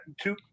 two